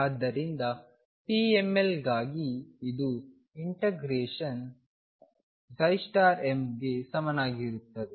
ಆದ್ದರಿಂದ pml ಗಾಗಿ ಇದು ಇಂಟಗ್ರೇಶನ್ mಕ್ಕೆ ಸಮನಾಗಿರುತ್ತದೆ